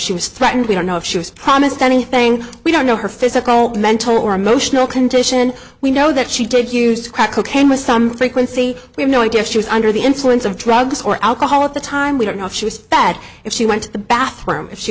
she was threatened we don't know if she was promised anything we don't know her physical mental or emotional condition we know that she did use crack cocaine with some frequency we have no idea if she was under the influence of drugs or alcohol at the time we don't know if she was fat if she went to the bathroom